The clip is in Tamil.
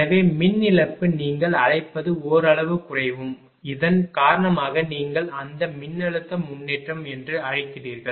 எனவே மின் இழப்பு நீங்கள் அழைப்பது ஓரளவு குறையும் இதன் காரணமாக நீங்கள் அந்த மின்னழுத்த முன்னேற்றம் என்று அழைக்கிறீர்கள்